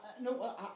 no